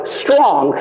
strong